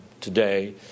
today